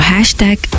Hashtag